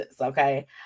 okay